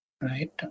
right